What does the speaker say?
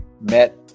met